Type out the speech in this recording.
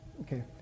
okay